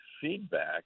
feedback